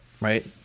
right